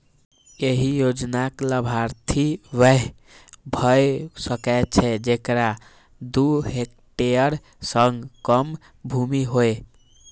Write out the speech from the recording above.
एहि योजनाक लाभार्थी वैह भए सकै छै, जेकरा दू हेक्टेयर सं कम भूमि होय